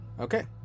Okay